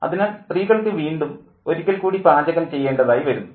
അതിനാൽ സ്ത്രീകൾക്ക് വീണ്ടും ഒരിക്കൽ കൂടി പാചകം ചെയേണ്ടതായി വരുന്നു